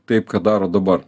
tai ką daro dabar